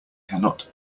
cannot